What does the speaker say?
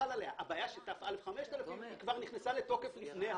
הבעיה שתא/5000 נכנסה לתוקף לפני החוק.